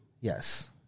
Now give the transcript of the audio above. Yes